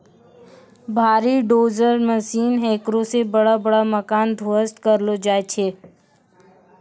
भारी dozer machine हेकरा से बड़ा बड़ा मकान ध्वस्त करलो जाय छै